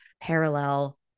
parallel